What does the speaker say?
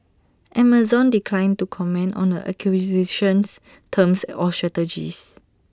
Amazon declined to comment on the acquisition's terms or strategies